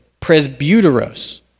presbyteros